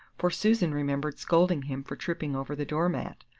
for susan remembered scolding him for tripping over the door-mat.